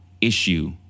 issue